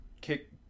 kick